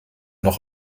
noch